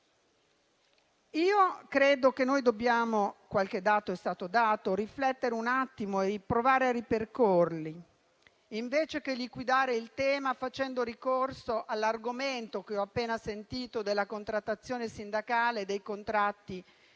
e credo che dobbiamo riflettere un attimo e provare a ripercorrerli, invece che liquidare il tema, facendo ricorso all'argomento che ho appena sentito della contrattazione sindacale e dei contratti siglati